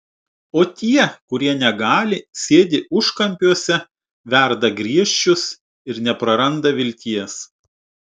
o tie kurie negali sėdi užkampiuose verda griežčius ir nepraranda vilties